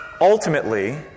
ultimately